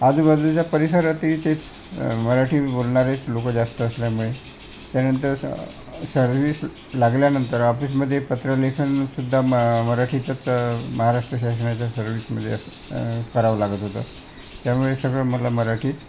आजूबाजूच्या परिसरातही तेच मराठी बोलणारेच लोक जास्त असल्यामुळे त्यानंतर सर्विस लागल्यानंतर ऑफिसमध्ये पत्रलेखनसुद्धा म मराठीचंच महाराष्ट्र शासनाच्या सर्विसमध्ये असं करावं लागत होतं त्यामुळे सगळं मला मराठीत